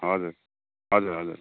हजुर हजुर हजुर